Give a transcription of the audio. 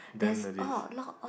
then the list